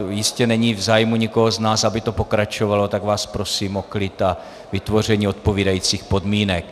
Jistě není v zájmu nikoho z nás, aby to pokračovalo, tak vás prosím o klid a vytvoření odpovídajících podmínek.